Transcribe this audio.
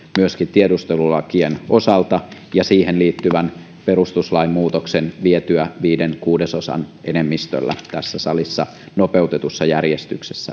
myöskin tiedustelulakien osalta ja saamme siihen liittyvän perustuslain muutoksen vietyä viiden kuudesosan enemmistöllä tässä salissa nopeutetussa järjestyksessä